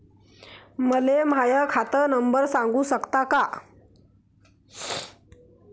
मले माह्या खात नंबर सांगु सकता का?